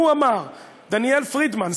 דניאל פרידמן,